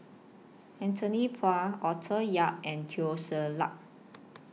Anthony Poon Arthur Yap and Teo Ser Luck